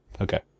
okay